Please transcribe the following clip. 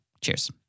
Cheers